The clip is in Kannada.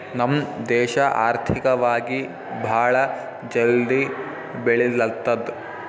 ನಮ್ ದೇಶ ಆರ್ಥಿಕವಾಗಿ ಭಾಳ ಜಲ್ದಿ ಬೆಳಿಲತ್ತದ್